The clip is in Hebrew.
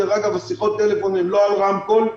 דרך אגב, שיחות הטלפון לא מושמעות ברמקול,